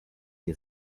nie